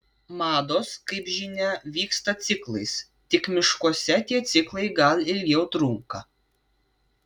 mados kaip žinia vyksta ciklais tik miškuose tie ciklai gal ilgiau trunka